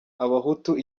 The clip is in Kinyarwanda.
abahutu